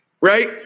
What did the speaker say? right